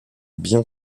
bien